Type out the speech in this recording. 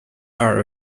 are